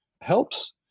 helps